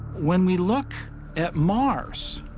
when we look at mars,